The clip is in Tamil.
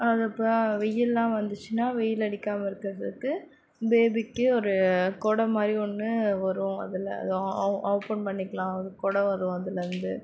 அது இப்போ வெயில்லாம் வந்துச்சுன்னா வெயில் அடிக்காமல் இருக்கிறதுக்கு பேபிக்கு ஒரு கொடை மாதிரி ஒன்று வரும் அதில் அது ஓபன் பண்ணிக்கலாம் அது கொடை வரும் அதுலேருந்து